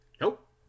Nope